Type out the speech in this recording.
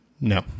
no